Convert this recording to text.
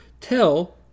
tell